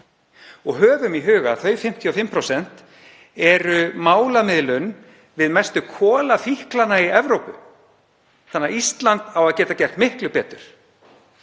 Og höfum í huga að þau 55% eru málamiðlun við mestu kolafíklana í Evrópu. Ísland á að geta gert miklu betur.